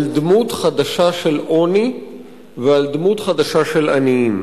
על דמות חדשה של עוני ועל דמות חדשה של עניים.